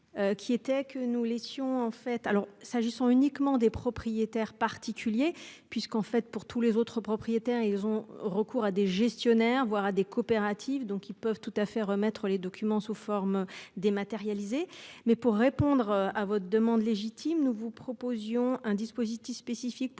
Qui était que nous laissions en fait. Alors s'agissant uniquement des propriétaires particuliers puisqu'en fait pour tous les autres propriétaires ils ont recours à des gestionnaires, voire à des coopératives donc ils peuvent tout à fait remettre les documents sous forme dématérialisée, mais pour répondre à votre demande légitime, nous vous proposions un dispositif spécifique pour